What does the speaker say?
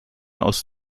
aus